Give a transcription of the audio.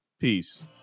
peace